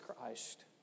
Christ